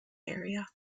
area